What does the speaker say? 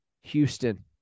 Houston